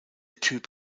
typ